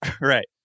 Right